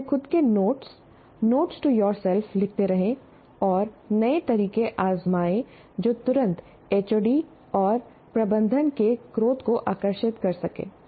अपने खुद के नोट्स नोट्स टू योरसेल्फ लिखते रहें और नए तरीके आजमाएं जो तुरंत एचओडी और प्रबंधन के क्रोध को आकर्षित कर सकें